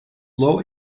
low